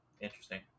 Interesting